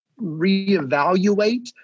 reevaluate